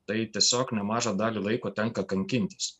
tai tiesiog nemažą dalį laiko tenka kankintis